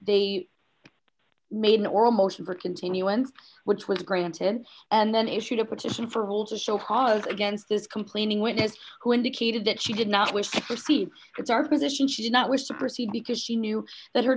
they made an oral motion for continuance which was granted and then issued a petition for a whole to show ha's against this complaining witness who indicated that she did not wish to proceed it's our position she did not wish to proceed because she knew that her